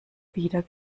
wieder